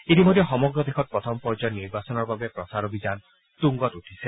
ইতিমধ্যে সমগ্ৰ দেশত প্ৰথম পৰ্যায়ৰ নিৰ্বাচনৰ বাবে প্ৰচাৰ অভিযান তুংগত উঠিছে